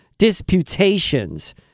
disputations